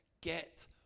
Get